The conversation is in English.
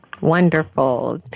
Wonderful